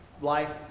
life